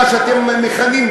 מה שאתם מכנים,